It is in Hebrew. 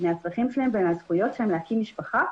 ומהצרכים שלהם ומהזכויות שלהם להקים משפחה.